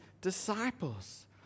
disciples